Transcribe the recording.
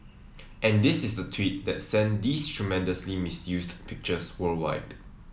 and this is the tweet that sent these tremendously misused pictures worldwide